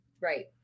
Right